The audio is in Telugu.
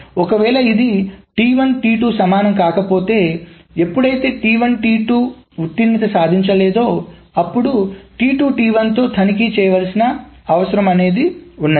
ఒకవేళ ఇది సమానం కాకపోతే ఎప్పుడైతే ఉత్తీర్ణత సాధించలేదోఅప్పుడు తో తనిఖీ చేయాల్సిన అవసరం ఉంది